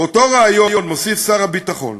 באותו ריאיון מוסיף שר הביטחון